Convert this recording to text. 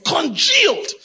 congealed